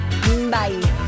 Bye